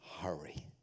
hurry